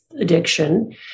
addiction